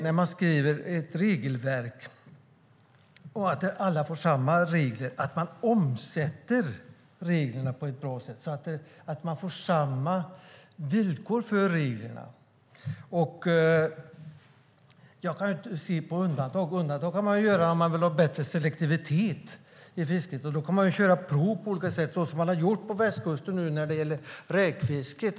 När man skriver ett regelverk där alla får samma regler är det också viktigt att reglerna omsätts på ett bra sätt och att det blir samma villkor för reglerna. Undantag kan man göra om man vill ha bättre selektivitet i fisket. Då kan man göra prov på olika sätt, som de har gjort på västkusten när det gäller räkfisket.